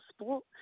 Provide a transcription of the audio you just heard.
sport